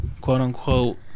quote-unquote